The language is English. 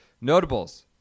Notables